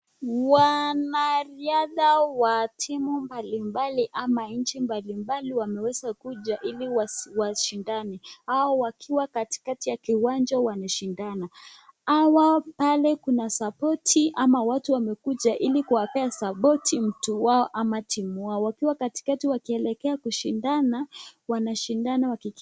Wanariadha wa timu mbalimbali ama nchi mbalimbali wameweza kuja ili washindane hao wakiwa katika kwa kiwanja kushindana hao wamekuja hili kuwapea sapoti mtu wao ama timu Yao wakiwa katika kuelekea kushindana wanashindana .